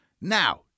Now